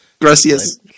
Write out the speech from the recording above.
Gracias